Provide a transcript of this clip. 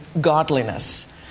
godliness